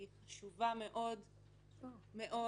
היא חשובה מאוד-מאוד,